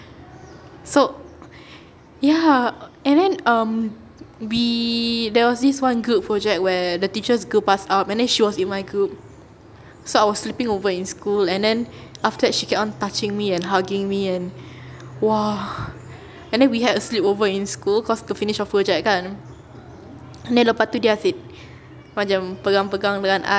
so ya and then um we there was this one group project where the teachers group us up and then she was in my group so I was sleeping over in school and then after that she kept on touching me and hugging me and !wah! and then we had a sleepover in school cause to finish our project kan then lepas tu dia asyik macam pegang-pegang dengan I